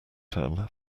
term